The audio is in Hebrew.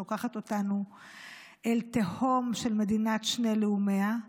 שלוקחת אותנו אל תהום של מדינת שני לאומיה,